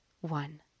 one